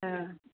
औ